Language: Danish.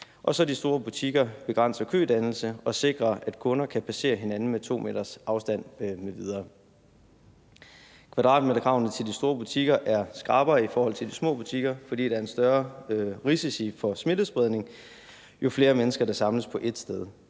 de store butikker begrænser kødannelse og sikrer, at kunder kan passere hinanden med to meters afstand m.v. Kvadratmeterkravene til de store butikker er skrappere i forhold til de små butikker, fordi der er større risiko for smittespredning, jo flere mennesker der samles på ét sted.